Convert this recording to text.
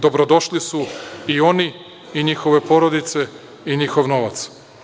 Dobrodošli su i oni i njihove porodice i njihov novac.